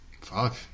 Fuck